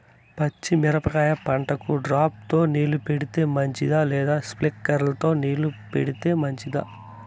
పచ్చి మిరపకాయ పంటకు డ్రిప్ తో నీళ్లు పెడితే మంచిదా లేదా స్ప్రింక్లర్లు తో నీళ్లు పెడితే మంచిదా?